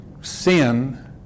sin